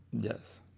yes